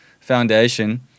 foundation